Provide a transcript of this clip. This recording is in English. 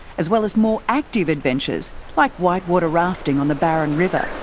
as well as more active adventures like white water rafting on the barron river,